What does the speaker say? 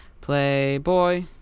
playboy